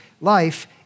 Life